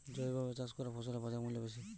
জৈবভাবে চাষ করা ফসলের বাজারমূল্য বেশি